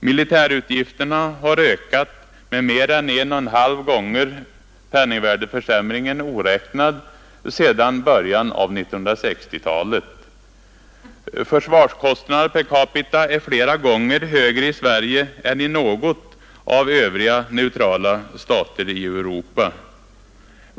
Militärutgifterna har ökat med mer än 1,5 ggr — penningvärdeförsämringen oräknad — sedan början av 1960-talet. Försvarskostnaderna per capita är flera gånger högre i Sverige än i någon av övriga neutrala stater i Europa.